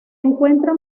encuentra